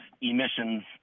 emissions